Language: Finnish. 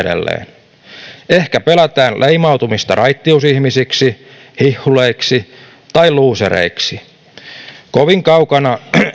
edelleen ehkä pelätään leimautumista raittiusihmisiksi hihhuleiksi tai luusereiksi kovin kaukana